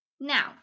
Now